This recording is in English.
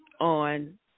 on